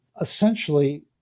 essentially